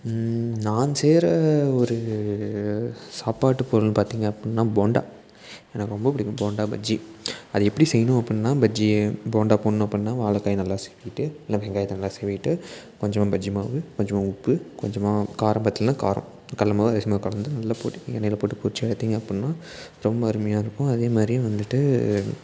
நான் செய்கிற ஒரு சாப்பாட்டு பொருள் பார்த்தீங்க அப்படினா போண்டா எனக்கு ரொம்ப பிடிக்கும் போண்டா பஜ்ஜி அது எப்படி செய்யணும் அப்படினா பஜ்ஜியை போண்டா போடணும் அப்படினா வாழைக்காய நல்லா சீவிவிட்டு நல்லா வெங்காயத்தை நல்லா சீவிவிட்டு கொஞ்சமாக பஜ்ஜி மாவு கொஞ்சமாக உப்பு கொஞ்சமாக காரம் பற்றலனா காரம் கடலமாவு அரிசிமாவு கலந்து நல்லா போட்டு எண்ணெயில் போட்டு பொரித்து எடுத்தீங்க அப்படினா ரொம்ப அருமையாக இருக்கும் அதே மாதிரி வந்துட்டு